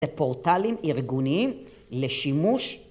‫פורטלים ארגוניים לשימוש...